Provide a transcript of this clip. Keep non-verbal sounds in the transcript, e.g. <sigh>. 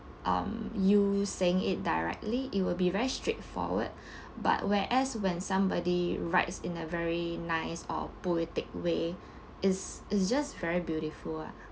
um you saying it directly it will be very straightforward <breath> but whereas when somebody writes in a very nice or poetic way it's it's just very beautiful ah